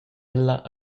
ella